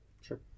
Sure